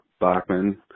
Bachman